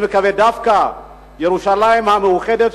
דווקא ירושלים המאוחדת,